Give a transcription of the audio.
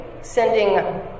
sending